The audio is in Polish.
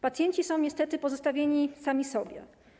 Pacjenci są niestety pozostawieni sami sobie.